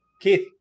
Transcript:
Keith